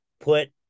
put